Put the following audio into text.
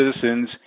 citizens